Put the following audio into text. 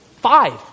five